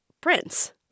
Prince